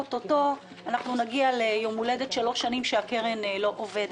אוטוטו נגיע לשלוש שנים שבהן הקרן לא עובדת.